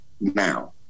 now